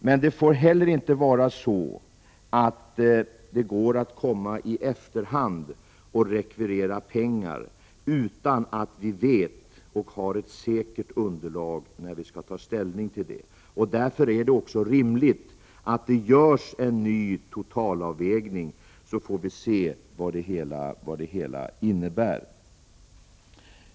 Men det får inte heller gå att komma i efterhand och rekvirera pengar, utan att vi har ett säkert underlag när vi skall ta ställning till en sådan utbetalning. Därför är det också rimligt att det görs en ny totalavvägning, så att vi får se vad alltsammans innebär.